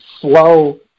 slow